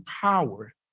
power